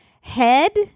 head